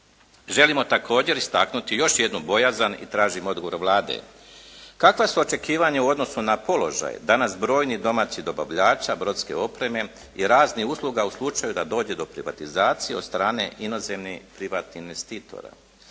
Želimo također istaknuti još jednu bojazan i tražim odgovor Vlade. Kakva su očekivanja u odnosu na položaj danas brojnih domaćih dobavljača brodske opreme i raznih usluga u slučaju da dođe do privatizacije od strane inozemnih privatnih investitora?